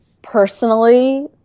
personally